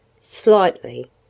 Slightly